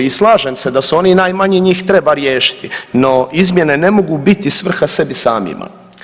I slažem se da su oni i najmanji njih treba riješiti, no izmjene ne mogu biti svrha sebi samima.